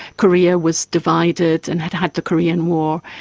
korea was divided and had had the korean war.